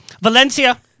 Valencia